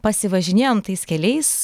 pasivažinėjom tais keliais